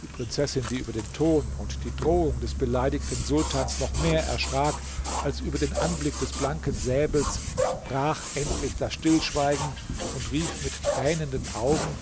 die prinzessin die über den ton und die drohung des beleidigten sultans noch mehr erschrak als über den anblick des blanken säbels brach endlich das stillschweigen und rief mit tränenden augen